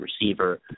receiver